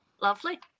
Lovely